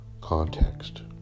context